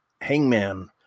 Hangman